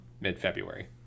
mid-february